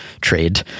trade